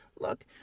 look